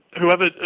whoever